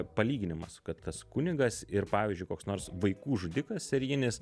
palyginimas kad tas kunigas ir pavyzdžiui koks nors vaikų žudikas serijinis